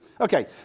Okay